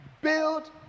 build